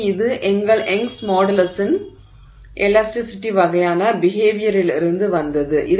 எனவே இது எங்கள் யங்'ஸ் மாடுலஸின் young's modulus எலாஸ்டிஸிட்டி வகையான பிஹேவியரிலிருந்து வந்தது